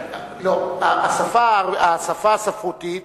השפה הספרותית,